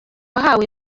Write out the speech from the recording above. wahawe